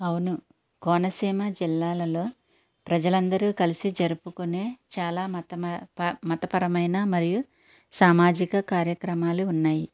అవును కోనసీమ జిల్లాలలో ప్రజలందరూ కలిసి జరుపుకునే చాలా మతమ ప మతపరమైన మరియు సామాజిక కార్యక్రమాలు ఉన్నాయి